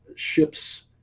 ships